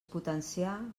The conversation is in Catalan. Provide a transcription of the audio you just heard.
potenciar